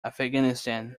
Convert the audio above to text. afghanistan